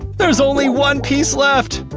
there's only one piece left.